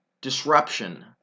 disruption